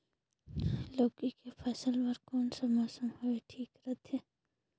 लौकी के फसल बार कोन सा मौसम हवे ठीक रथे?